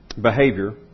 behavior